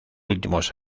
últimos